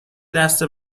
دست